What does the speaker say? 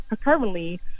currently